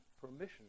permission